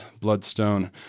bloodstone